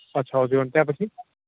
अच्छा त्यहाँपछि